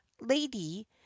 lady